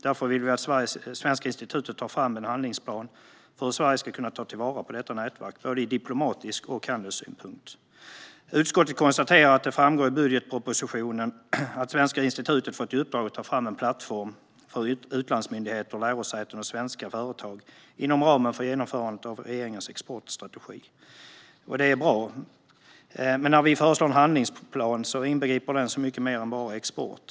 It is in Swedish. Därför vill vi att Svenska institutet ska ta fram en handlingsplan för hur Sverige ska kunna ta vara på detta nätverk, både från diplomatisk synpunkt och från handelssynpunkt. Utskottet konstaterar att det i budgetpropositionen framgår att Svenska institutet fått i uppdrag att ta fram en plattform för utlandsmyndigheter, lärosäten och svenska företag inom ramen för genomförandet av regeringens exportstrategi. Det är bra, men den handlingsplan som vi föreslår inbegriper mycket mer än bara export.